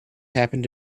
happened